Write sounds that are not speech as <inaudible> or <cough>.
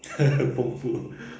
<laughs> 丰富